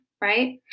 right